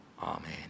amen